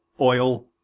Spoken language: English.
oil